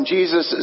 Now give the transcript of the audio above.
Jesus